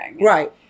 Right